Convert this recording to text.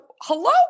hello